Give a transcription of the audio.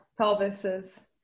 pelvises